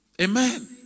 Amen